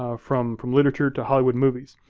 ah from from literature to hollywood movies,